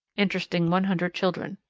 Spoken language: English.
interesting one hundred children.